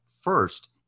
first